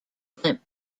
blimp